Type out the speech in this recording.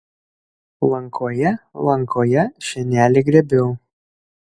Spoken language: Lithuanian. lankoje lankoje šienelį grėbiau